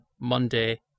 Monday